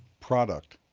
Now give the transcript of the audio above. product